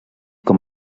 com